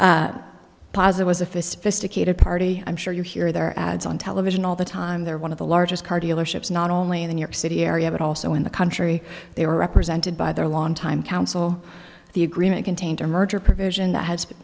akita party i'm sure you hear their ads on television all the time they're one of the largest car dealerships not only in the new york city area but also in the country they were represented by their longtime council the agreement contains a merger provision that has